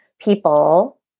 people